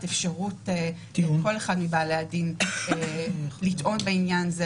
אפשרות לכל אחד מבעלי הדין לטעון בעניין זה,